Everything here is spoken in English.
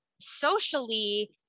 socially